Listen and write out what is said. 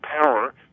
power